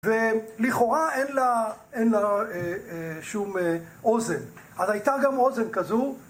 ולכאורה אין לה, אין לה שום אוזן, אז הייתה גם אוזן כזו